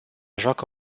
joacă